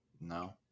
No